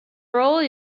role